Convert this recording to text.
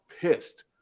pissed